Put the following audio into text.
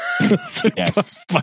Yes